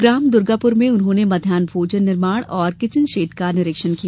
ग्राम दुर्गापुर में उन्होंने मध्यान्ह भोजन निर्माण एवं किचन शेड का निरीक्षण किया